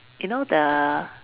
you know the